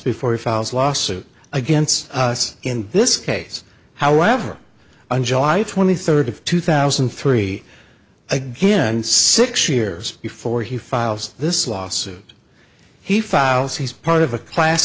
before he files a lawsuit against us in this case however on july twenty third two thousand and three again six years before he files this lawsuit he files he's part of a class